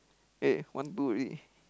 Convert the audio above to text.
eh one two already